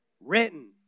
Written